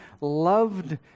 loved